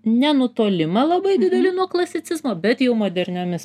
nenutolimą labai didelį nuo klasicizmo bet jau moderniomis